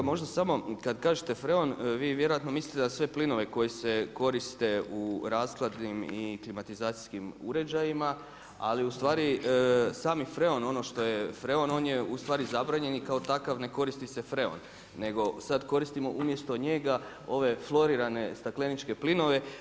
Pa kolega možda samo kada kažete freon, vi vjerojatno mislite na sve plinove koji se koriste u rashladnim i klimatizacijskim uređajima ali ustvari sami freon, ono što je freon on je ustvari zabranjen i kao takav ne koristi se freon nego sada koristimo umjesto njega ove florirane stakleničke plinove.